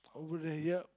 over there yup